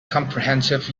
comprehensive